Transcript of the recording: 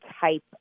type